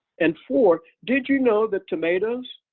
and four. did you know that tomatoes,